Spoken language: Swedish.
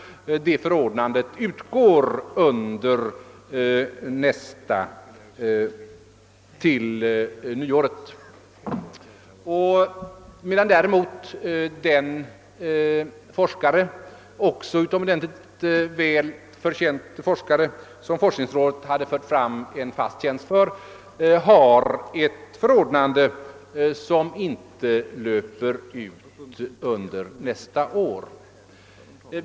Det förordnandet utgår under nästa budgetår, nämligen vid nyår. Den forskare, också utomordentligt väl förtjänt, som forskningsrådet hade föreslagit en fast tjänst åt, har ett förordnande, som inte löper ut under nästa år.